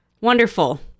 wonderful